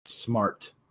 smart